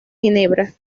ginebra